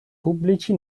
pubblici